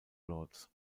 lords